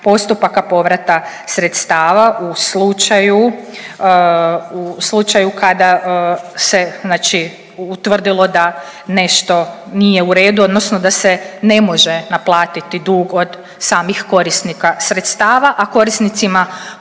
postupaka povrata sredstava u slučaju kada se znači utvrdilo da nešto nije u redu, odnosno da se ne može naplatiti dug od samih korisnika sredstava, a korisnicima